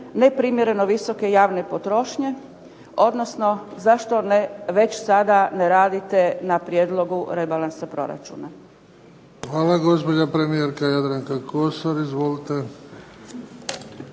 neprimjereno visoke javne potrošnje, odnosno zašto već sada ne radite na prijedlogu rebalansa proračuna. **Bebić, Luka (HDZ)** Hvala. Gospođa premijerka, Jadranka Kosor. Izvolite.